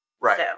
Right